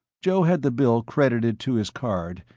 joe had the bill credited to his card,